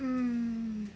mm